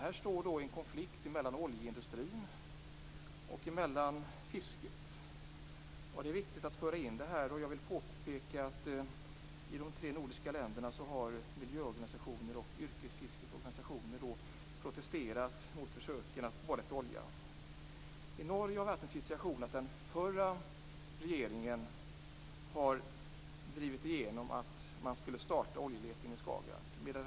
Här finns således en konflikt mellan oljeindustrin och fisket. Det är viktigt att föra in detta. I de tre nordiska länderna har miljöorganisationer och yrkesfiskets organisationer protesterat mot försöken att borra efter olja. I Norge drev den förra regeringen igenom att man skulle starta oljeletning i Skagerrak.